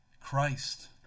Christ